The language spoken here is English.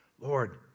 Lord